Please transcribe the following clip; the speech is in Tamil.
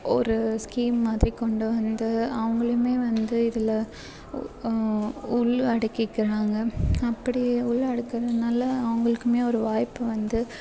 ஒரு ஸ்கீம் மாதிரி கொண்டு வந்து அவங்களையுமே வந்து இதில் உள் அடக்கிக்கிறாங்க அப்படி உள்ளடக்கறதனால அவங்களுக்குமே ஒரு வாய்ப்பு வந்து